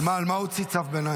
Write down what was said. על מה הוא הוציא צו ביניים?